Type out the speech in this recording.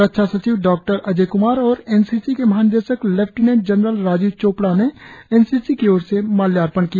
रक्षा सचिव डॉकटर अजय कमार और एनसीसी के महानिदेशक लेफ्टिनेंट जनरल राजीव चोपड़ा ने एनसीसी की ओर से माल्यार्पण किया